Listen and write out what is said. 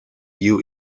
you